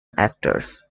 actors